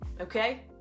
okay